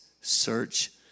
Search